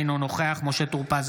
אינו נוכח משה טור פז,